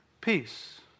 Peace